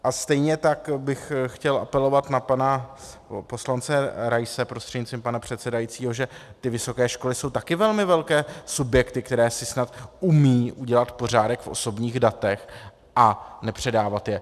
A stejně tak bych chtěl apelovat na pana poslance Raise prostřednictvím pana předsedajícího, že vysoké školy jsou taky velmi velké subjekty, které si snad umí udělat pořádek v osobních datech a nepředávat je.